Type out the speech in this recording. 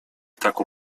taką